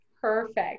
perfect